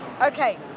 Okay